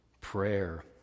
Prayer